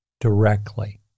directly